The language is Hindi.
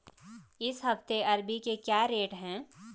इस हफ्ते अरबी के क्या रेट हैं?